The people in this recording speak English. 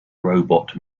robot